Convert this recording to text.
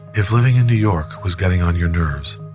if living in new york was getting on your nerves,